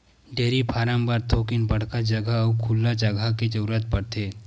dairy farm बर थोकिन बड़का जघा अउ खुल्ला जघा के जरूरत परथे